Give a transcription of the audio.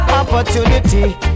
Opportunity